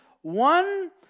one